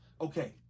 Okay